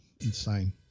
Insane